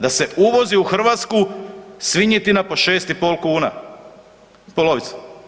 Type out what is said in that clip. Da se uvozi u Hrvatsku svinjetina po 6,5 kuna polovica.